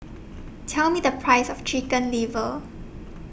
Tell Me The Price of Chicken Liver